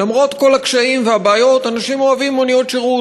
למרות כל הקשיים והבעיות אנשים אוהבים מוניות שירות,